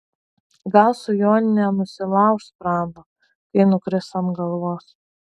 gal su juo nenusilauš sprando kai nukris ant galvos